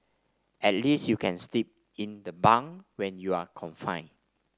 at least you can sleep in the bunk when you're confined